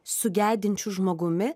su gedinčiu žmogumi